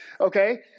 okay